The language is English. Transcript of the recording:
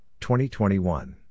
2021